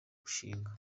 gushinga